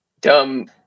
dumb